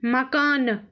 مکانہٕ